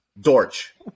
Dortch